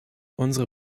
unsere